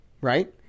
right